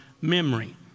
memory